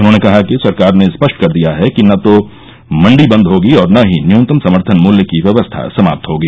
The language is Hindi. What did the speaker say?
उन्होंने कहा कि सरकार ने स्पष्ट कर दिया है कि न तो मंडी बन्द होगी और न ही न्यूनतम समर्थन मूल्य की व्यवस्था समाप्त होगी